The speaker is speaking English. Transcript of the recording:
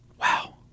wow